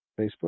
facebook